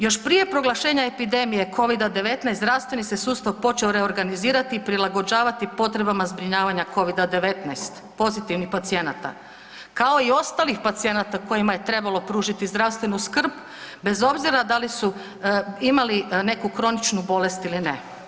Još prije proglašenja epidemije covida 19 zdravstveni se sustav počeo reorganizirati i prilagođavati potrebama zbrinjavanja covida-19 pozitivnih pacijenata, kao i ostalih pacijenata kojima je trebalo pružiti zdravstvenu skrb bez obzira da li su imali neku kroničnu bolest ili ne.